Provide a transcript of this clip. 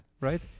right